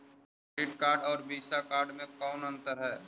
Credit card और Visa card मे कौन अन्तर है?